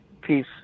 peace